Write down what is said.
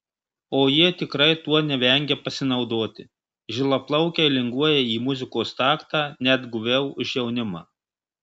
o jie tikrai tuo nevengia pasinaudoti žilaplaukiai linguoja į muzikos taktą net guviau už jaunimą